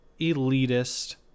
elitist